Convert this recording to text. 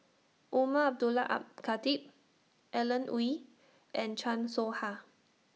Umar Abdullah Al Khatib Alan Oei and Chan Soh Ha